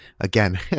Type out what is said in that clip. again